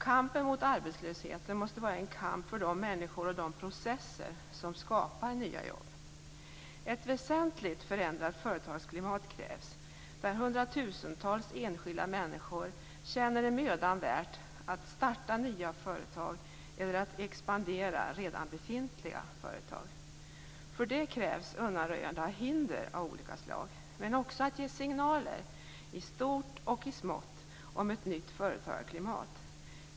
Kampen mot arbetslösheten måste vara en kamp för de människor och de processer som skapar nya jobb. Ett väsentligt förändrat företagsklimat krävs, där hundratusentals enskilda människor känner det mödan värt att starta nya företag eller att expandera redan befintliga företag. För det krävs undanröjande av hinder av olika slag, men också att signaler ges - i stort och i smått - om ett nytt företagarklimat.